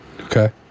Okay